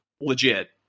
legit